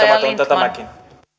tämäkin